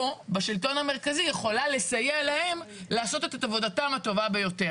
בשלטון המרכזי יכולה לסייע להם לעשות את עבודתם הטובה ביותר.